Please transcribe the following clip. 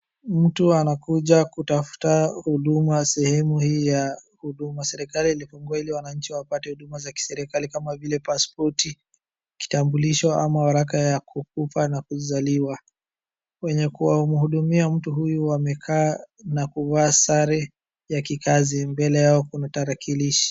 Mtu anakuja kutafuta huduma sehemu hii ya huduma. Serikali ilifungua ili wananchi wapaye huduma za kiserikali kama vile pasipoti, kitambulisho ama waraka ya kukufa na kuzaliwa. Mwenye kumhudumia mtu huyu amekaa na kuvaa sare ya kikazu. Mbele yao kuna tarakilishi.